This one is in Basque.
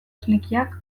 esnekiak